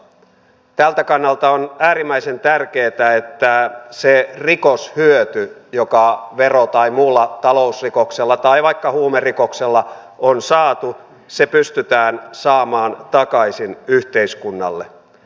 tältä kannalta on äärimmäisen tärkeätä että se rikoshyöty joka vero tai muulla talousrikoksella tai vaikka huumerikoksella on saatu pystytään saamaan takaisin yhteiskunnalle